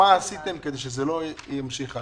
מה עשיתם כדי שזה לא ימשיך הלאה?